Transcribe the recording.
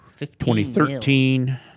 2013